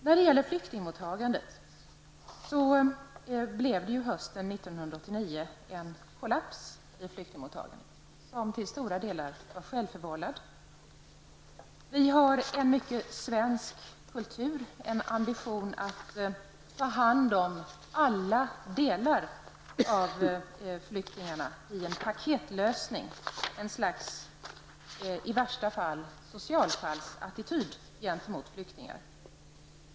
När det gäller flyktingmottagandet blev det hösten 1989 en kollaps, som till stora delar var självförvållad. Vi har en mycket svensk kultur, en ambition att ta hand om alla grupper av flyktingar i en paketlösning, ett slags ''i värsta fall socialfall''- attityd gentemot flyktingar.